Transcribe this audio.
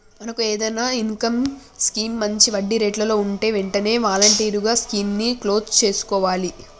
మనకు ఏదైనా income scheme మంచి వడ్డీ రేట్లలో ఉంటే వెంటనే వాలంటరీగా స్కీమ్ ని క్లోజ్ సేసుకోవచ్చు